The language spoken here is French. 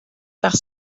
par